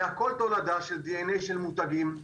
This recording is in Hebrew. זה הכול תולדה של דנ"א של מותגים,